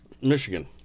Michigan